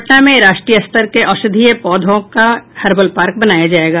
पटना में राष्ट्रीय स्तर के औषधीय पौधों का हर्बल पार्क बनाया जायेगा